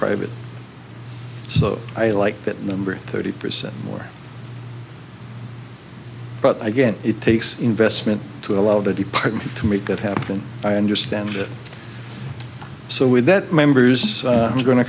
private so i like that number thirty percent more but again it takes investment to allow the department to make that happen i understand it so with that members i'm going to